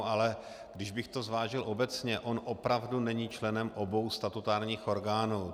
Ale kdybych to zvážil obecně, on opravdu není členem obou statutárních orgánů.